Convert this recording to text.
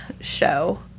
show